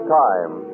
time